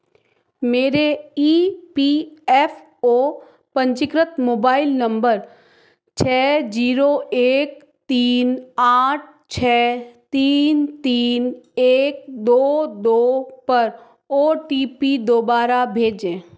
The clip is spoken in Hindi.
मेरे ई पी एफ़ ओ पंजीकृत मोबाइल नंबर छः जीरो एक तीन आठ छ तीन तीन एक दो दो पर ओ टी पी दोबारा भेजें